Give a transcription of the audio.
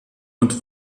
und